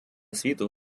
світу